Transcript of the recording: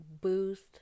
boost